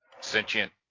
sentient